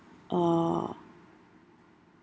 uh